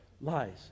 Lies